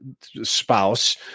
spouse